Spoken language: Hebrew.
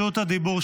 אתה משקר.